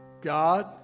God